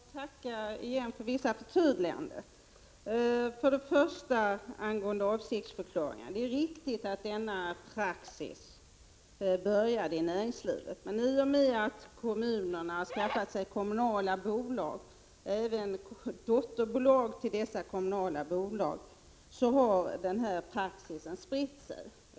Herr talman! Jag får tacka igen, för dessa förtydliganden, först och främst angående avsiktsförklaringar. Det är riktigt att denna praxis började i näringslivet. Men i och med att kommunerna har skaffat sig kommunala bolag och även dotterbolag till dessa kommunala bolag har denna praxis spritt sig.